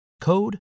code